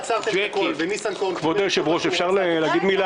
היה דיון